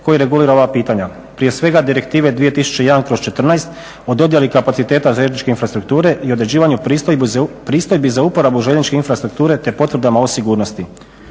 koji regulira ova pitanja. Prije svega Direktive 2001./14 o dodjeli kapaciteta zajedničke infrastrukture i određivanju pristojbi za uporabu željezničke infrastrukture, te potvrdama o sigurnosti.